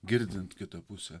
girdint kitą pusę